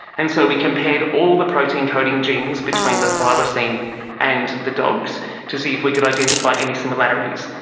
and so we compared all the protein coding genes between the thylacine and the dogs to see if we could identify any similarities,